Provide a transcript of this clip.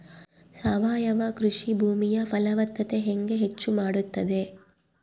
ಸಾವಯವ ಕೃಷಿ ಭೂಮಿಯ ಫಲವತ್ತತೆ ಹೆಂಗೆ ಹೆಚ್ಚು ಮಾಡುತ್ತದೆ?